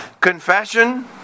confession